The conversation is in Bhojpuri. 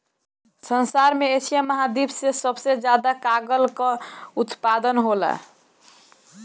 संसार में एशिया महाद्वीप से सबसे ज्यादा कागल कअ उत्पादन होला